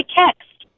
text